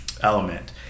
element